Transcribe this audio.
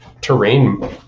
terrain